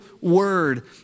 word